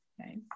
Okay